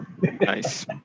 Nice